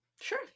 Sure